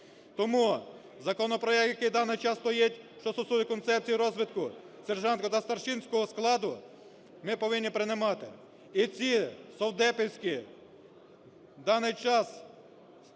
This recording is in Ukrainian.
Тому законопроект, який в даний час стоїть, що стосується Концепції розвитку сержантського та старшинського складу, ми повинні приймати, і ці совдепівські в даний час певні